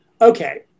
Okay